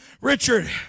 Richard